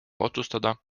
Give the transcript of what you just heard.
otsustada